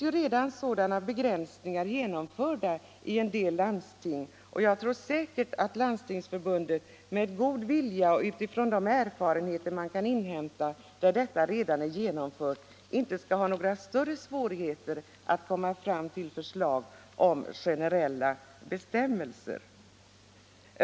Ja, sådana begränsningar finns ju redan genomförda i en del landsting, och jag tror säkert att Landstingsförbundet med god vilja och utifrån de erfarenheter som kan inhämtas från de områden där detta redan är genomfört inte skall ha några större svårigheter att komma fram till förslag om generella bestämmelser.